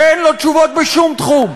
שאין לו תשובות בשום תחום.